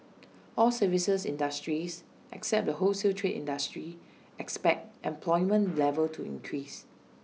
all services industries except the wholesale trade industry expect employment level to increase